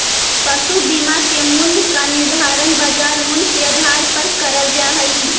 पशु बीमा के मूल्य का निर्धारण बाजार मूल्य के आधार पर करल जा हई